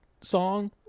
song